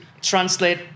translate